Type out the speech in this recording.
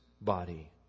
body